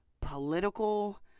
political